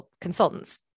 consultants